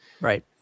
right